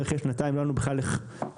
אחרי שנתיים לא היה לנו בכלל איך להתחיל.